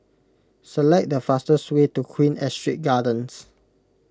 Select the fastest way to Queen Astrid Gardens